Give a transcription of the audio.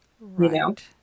Right